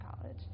College